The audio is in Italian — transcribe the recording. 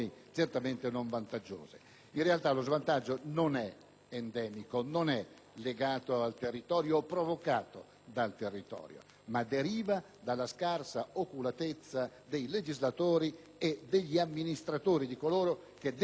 In realtà, lo svantaggio non è endemico, non è legato al territorio o provocato da questo, ma deriva dalla scarsa oculatezza dei legislatori e degli amministratori, in sostanza di coloro che devono applicare la legge.